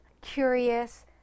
curious